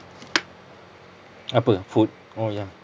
apa food oh ya